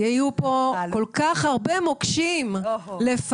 יהיו פה כל כך הרבה מוקשים לפנינו.